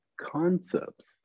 concepts